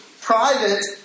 private